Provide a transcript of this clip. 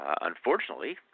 Unfortunately